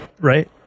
Right